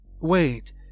Wait